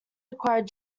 acquired